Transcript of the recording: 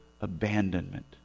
abandonment